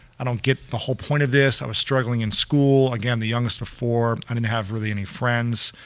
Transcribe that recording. i don't get the whole point of this, i was struggling in school. again, the youngest of four, i didn't have really any friends,